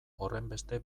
horrenbeste